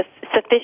sufficient